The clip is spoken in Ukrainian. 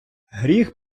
гріх